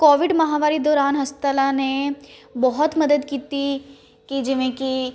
Covid ਮਹਾਂਮਾਰੀ ਦੌਰਾਨ ਹਸਪਤਾਲਾਂ ਨੇ ਬਹੁਤ ਮਦਦ ਕੀਤੀ ਕਿ ਜਿਵੇਂ ਕਿ